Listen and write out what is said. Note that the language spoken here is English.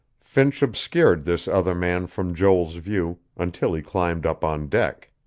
finch obscured this other man from joel's view, until he climbed up on deck.